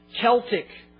Celtic